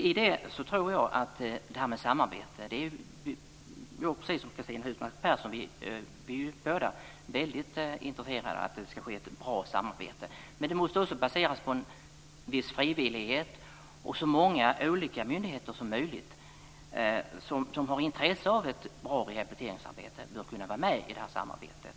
Både Cristina Husmark Pehrsson och jag är ju väldigt intresserade av att det ska bli ett bra samarbete. Men det måste också baseras på en viss frivillighet och så många olika myndigheter som möjligt, som har intresse av ett bra rehabiliteringsarbete, bör kunna vara med i det här samarbetet.